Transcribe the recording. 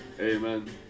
amen